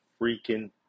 freaking